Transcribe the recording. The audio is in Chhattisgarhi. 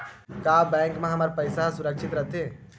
का बैंक म हमर पईसा ह सुरक्षित राइथे?